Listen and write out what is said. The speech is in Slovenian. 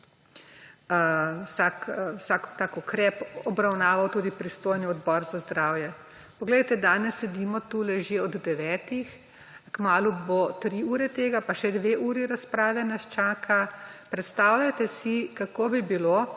tak ukrep obravnaval tudi pristojni odbor za zdravje. Poglejte, danes sedimo tu že od devetih, kmalu bo tri ure tega in še dve uri razprave nas čaka. Predstavljajte si, kako bi bilo,